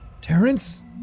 Terrence